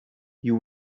you